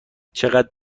چقدر